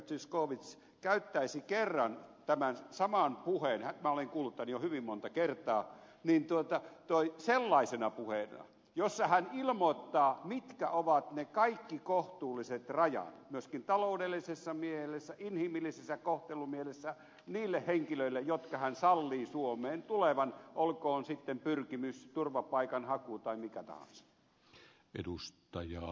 zyskowicz käyttäisi kerran tämän saman puheen minä olen kuullut tämän jo hyvin monta kertaa sellaisena puheena jossa hän ilmoittaa mitkä ovat ne kaikki kohtuulliset rajat myöskin taloudellisessa mielessä inhimillisen kohtelun mielessä niille henkilöille jotka hän sallii suomeen tulevan olkoon sitten pyrkimys turvapaikanhaku tai mikä tahansa